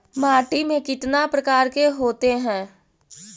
माटी में कितना प्रकार के होते हैं?